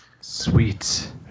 Sweet